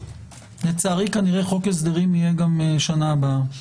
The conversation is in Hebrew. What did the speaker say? לצערי כנראה חוק הסדרים יהיה גם שנה הבאה.